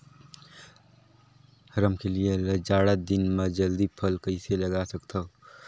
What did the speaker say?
रमकलिया ल जाड़ा दिन म जल्दी फल कइसे लगा सकथव?